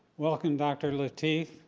welcome, dr. lateef.